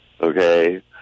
okay